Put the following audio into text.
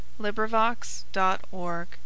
LibriVox.org